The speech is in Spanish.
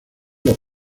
los